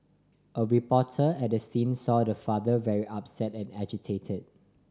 a reporter at the scene saw the father very upset and agitated